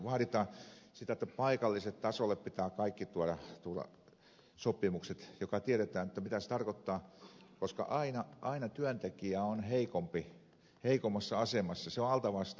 vaaditaan sitä jotta paikalliselle tasolle pitää tuoda kaikki sopimukset ja tiedetään mitä se tarkoittaa koska aina työntekijä on heikompi heikommassa asemassa hän on altavastaaja aina